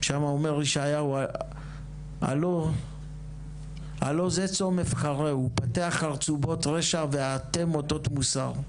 שם אומר ישעיהו הלוא זה צום אבחרהו פתח חרצובות רשע ואטה מוטות מוסר.